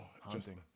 haunting